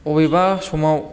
बबेबा समाव